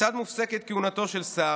כיצד מופסקת כהונתו של שר,